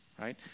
Right